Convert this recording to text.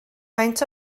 faint